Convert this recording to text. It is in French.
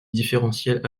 différentiel